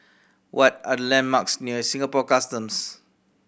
what are the landmarks near Singapore Customs